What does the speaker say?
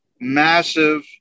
massive